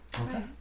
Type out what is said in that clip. okay